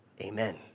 Amen